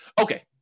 Okay